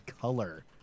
Color